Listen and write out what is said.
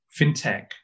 fintech